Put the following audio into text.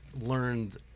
learned